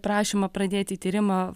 prašymą pradėti tyrimą